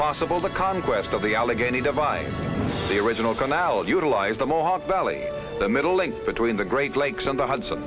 possible the conquest of the allegheny divide the original canal utilize the mohawk valley the middle link between the great lakes and the hudson